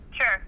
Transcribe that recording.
Sure